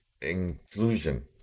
inclusion